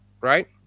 right